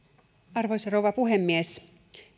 arvoisa rouva puhemies